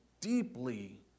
deeply